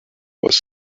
was